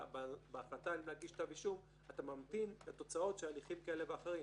בהחלטה אם להגיש כתב אישום אתה ממתין לתוצאות של הליכים כאלה ואחרים